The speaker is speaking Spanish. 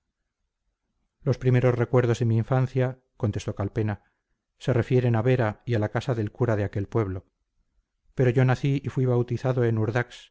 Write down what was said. los primeros recuerdos de mi infancia contestó calpena se refieren a vera y a la casa del cura de aquel pueblo pero yo nací y fui bautizado en urdax